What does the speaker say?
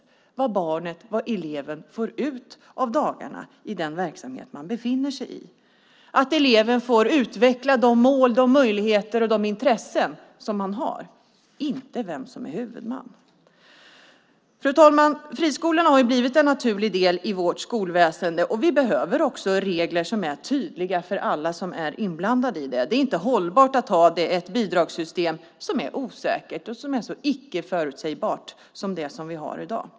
Man bryr sig om vad barnet och eleven får ut av dagarna i den verksamhet de befinner sig i. Man bryr sig om att eleven får utveckla de mål, möjligheter och intressen som han eller hon har och inte vem som är huvudman. Fru talman! Friskolan har blivit en naturlig del i vårt skolväsen. Vi behöver också regler som är tydliga för alla som är inblandade i det. Det är inte hållbart att ha ett bidragssystem som är osäkert och som är så icke förutsägbart som det vi har i dag.